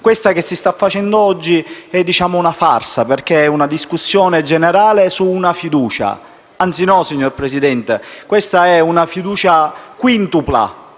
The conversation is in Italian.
Quella che si sta facendo oggi è una farsa, perché è una discussione su una fiducia; anzi no, signor Presidente, su una fiducia quintupla,